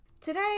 today